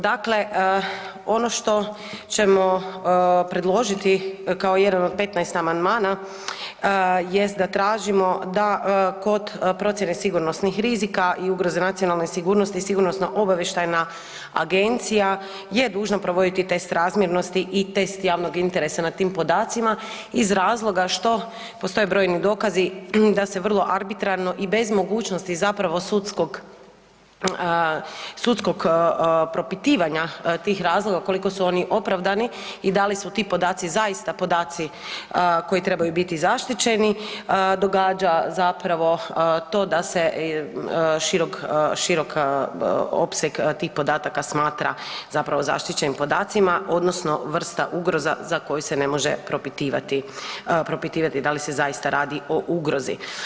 Dakle, ono što ćemo predložiti kao jedan od 15 amandmana jest da tražimo da kod procjene sigurnosnih rizika i ugroze nacionalne sigurnosti Sigurnosno obavještajna agencija je dužna provoditi test razmjernosti i test javnog interesa nad tim podacima iz razloga što postoje brojni dokazi da se vrlo arbitrarno i bez mogućnosti zapravo sudskog, sudskog propitivanja tih razloga koliko su oni opravdani i da li su ti podaci zaista podaci koji trebaju biti zaštićeni događa zapravo to da se širok, širok opseg tih podataka smatra zapravo zaštićenim podacima odnosno vrsta ugroza za koju se ne može propitivati, propitivati da li se zaista radi o ugrozi.